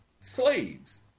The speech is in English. slaves